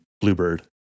Bluebird